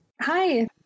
Hi